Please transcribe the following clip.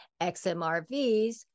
XMRVs